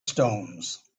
stones